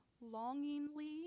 longingly